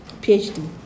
PhD